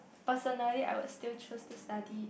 personally I would still choose to study